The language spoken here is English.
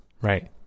right